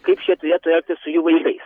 kaip šie turėtų elgtis su jų vaikais